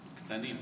קטנים.